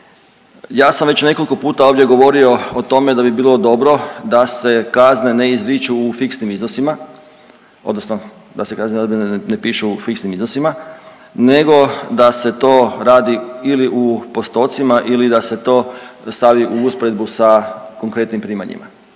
ja sam već nekoliko puta ovdje govorio o tome da bi bilo dobro da se kazne ne izriču u fiksnim iznosima, odnosno da se kazne ne pišu u fiksnim iznosima nego da se to radi ili u postocima ili da se to stavi u usporedbu sa konkretnim primanjima,